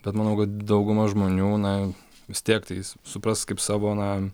bet manau kad dauguma žmonių na vis tiek tais supras kaip savo na